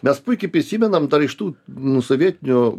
mes puikiai prisimenam dar iš tų nu sovietinių